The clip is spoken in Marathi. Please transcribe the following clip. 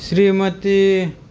श्रीमती